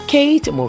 Kate